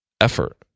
effort